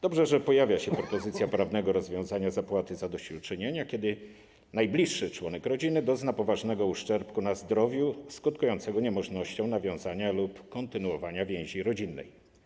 Dobrze, że pojawia się propozycja prawnego rozwiązania zapłaty zadośćuczynienia, kiedy najbliższy członek rodziny dozna poważnego uszczerbku na zdrowiu skutkującego niemożnością nawiązania lub kontynuowania więzi rodzinnej.